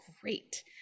great